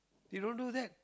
they don't do that